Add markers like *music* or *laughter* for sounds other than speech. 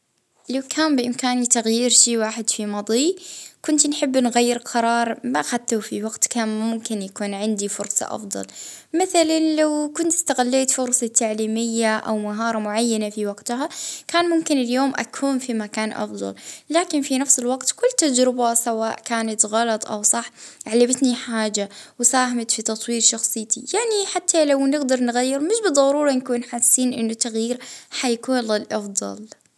اه من غير شي، *hesitation* كل حاجة خلتني *hesitation* اللي هي إني نكون شخص اللي آنى عليه توا.